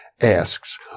asks